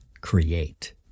create